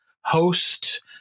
host